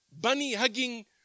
bunny-hugging